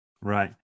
Right